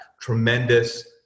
Tremendous